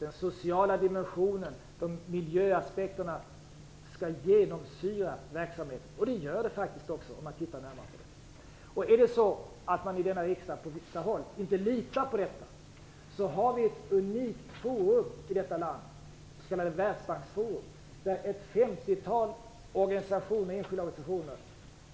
Den sociala dimensionen och miljöaspekterna skall genomsyra verksamheten, och gör det faktiskt också om man tittar närmare på den. Om man på vissa håll här i riksdagen inte litar på detta har vi ett unikt forum i detta land, det s.k. Världsbanksforum, där ett 50-tal enskilda organisationer